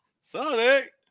Sonic